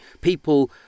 people